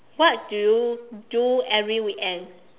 what do you do every weekend